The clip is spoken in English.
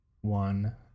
one